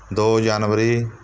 ਦੋ ਜਨਵਰੀ